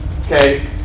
Okay